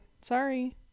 Sorry